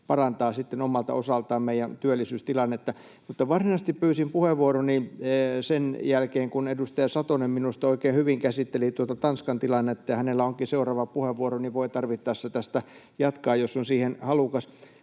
parantaa sitten omalta osaltaan meidän työllisyystilannetta. Mutta varsinaisesti pyysin puheenvuoroni sen jälkeen, kun edustaja Satonen minusta oikein hyvin käsitteli tuota Tanskan tilannetta, ja hänellä onkin seuraava puheenvuoro, niin voi tarvittaessa tästä jatkaa, jos on siihen halukas.